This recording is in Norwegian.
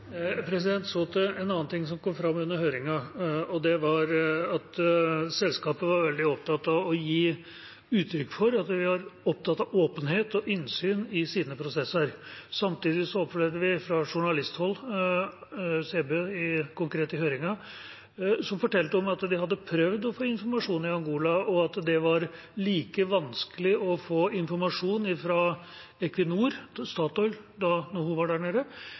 Så til en annen ting som kom fram under høringen, og det var at selskapet var veldig opptatt av å gi uttrykk for at de var opptatt av åpenhet og innsyn i sine prosesser. Samtidig opplevde vi fra journalisthold konkret i høringen at Sæbø fortalte om at de hadde prøvd å få informasjon i Angola, og at det var like vanskelig å få informasjon fra Equinor, Statoil, da hun var der nede,